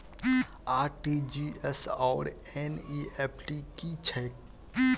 RTGS आओर NEFT की छैक?